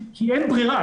כי אין ברירה,